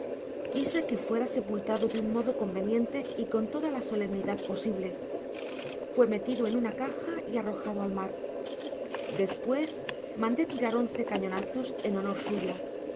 quise que fuera sepultado de un modo conveniente y con toda la solemnidad posible fué metido en una caja y arrojado al mar despues mandé tirar once cañonazos en honor suyo